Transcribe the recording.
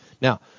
Now